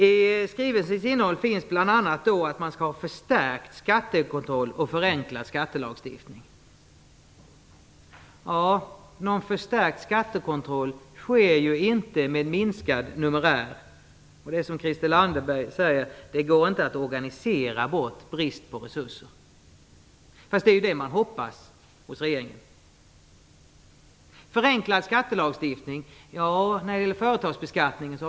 I skrivelsen står bl.a. att man skall ha förstärkt skattekontroll och förenklad skattelagstiftning. Någon förstärkt skattekontroll sker ju inte med minskad numerär. Som Christel Anderberg sade går det inte att organisera bort brist på resurser. Men det är det regeringen hoppas. Någon förenklad skattelagstiftning har vi inte sett när det gäller företagsbeskattning.